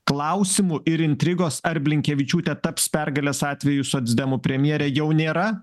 klausimų ir intrigos ar blinkevičiūtė taps pergalės atveju socdemų premjerė jau nėra